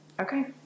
okay